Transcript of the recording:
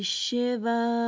Shiva